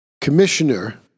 Commissioner